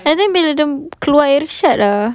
and then bila dia keluar irsyad ah